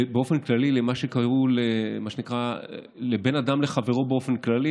מה שנקרא בין אדם לחברו באופן כללי,